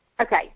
okay